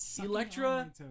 Electra